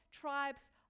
tribes